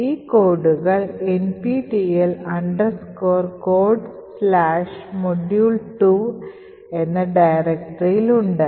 ഈ കോഡുകൾ nptel codesmodule2 എന്ന ഡയറക്ടറിയിൽ ഉണ്ട്